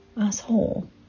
asshole